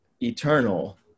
eternal